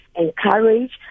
encourage